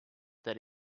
that